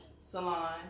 salon